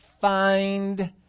find